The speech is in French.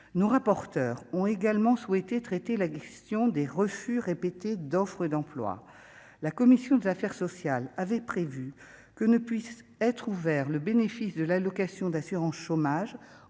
Nos rapporteurs ont également souhaité traiter la question des refus répétés d'offres d'emploi, la commission des affaires sociales avait prévu que ne puisse être ouvert le bénéfice de l'allocation d'assurance chômage